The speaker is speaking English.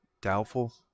Doubtful